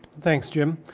thanks jim.